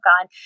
God